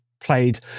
played